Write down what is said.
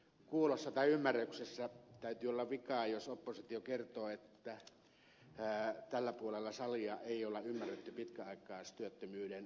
kuulossa tai ymmärryksessä täytyy olla vikaa jos oppositio kertoo että tällä puolella salia ei ole ymmärretty pitkäaikaistyöttömyyden ongelmia